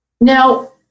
Now